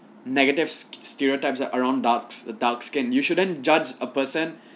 negative stereotypes around dark dark skin you shouldn't judge a person